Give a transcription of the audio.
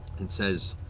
it says,